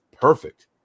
perfect